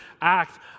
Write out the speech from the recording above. act